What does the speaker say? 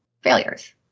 failures